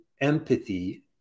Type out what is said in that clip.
empathy